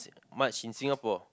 much in Singapore